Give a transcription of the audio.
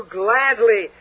gladly